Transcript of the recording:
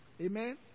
Amen